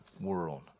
world